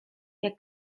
jak